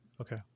Okay